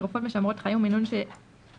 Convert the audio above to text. תרופות משמרות חיים ומינון נתינתן,